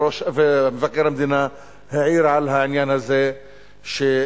ומבקר המדינה העיר על העניין הזה שזה